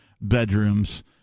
bedrooms